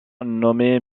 nommé